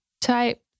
type